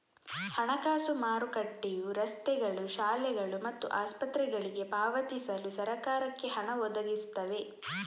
ಹಣಕಾಸು ಮಾರುಕಟ್ಟೆಯು ರಸ್ತೆಗಳು, ಶಾಲೆಗಳು ಮತ್ತು ಆಸ್ಪತ್ರೆಗಳಿಗೆ ಪಾವತಿಸಲು ಸರಕಾರಕ್ಕೆ ಹಣ ಒದಗಿಸ್ತವೆ